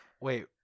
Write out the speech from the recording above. Wait